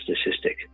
statistic